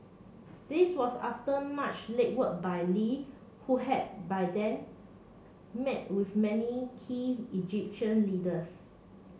this was after much legwork by Lee who had by then met with many key Egyptian leaders